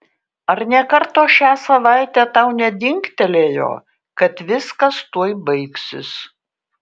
ar nė karto šią savaitę tau nedingtelėjo kad viskas tuoj baigsis